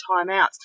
timeouts